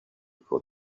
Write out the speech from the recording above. for